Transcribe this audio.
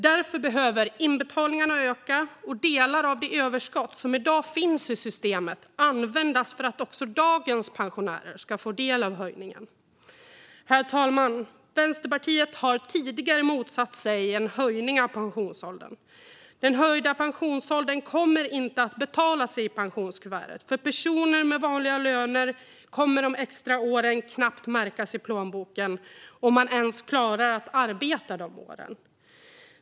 Därför behöver inbetalningarna öka och delar av det överskott som i dag finns i systemet användas för att också dagens pensionärer ska få del av höjningen. Herr talman! Vänsterpartiet har tidigare motsatt sig en höjning av pensionsåldern. Den höjda pensionsåldern kommer inte att betala sig i pensionskuvertet. För personer med vanliga löner kommer de extra åren knappt att märkas i plånboken - om man ens klarar att arbeta de åren.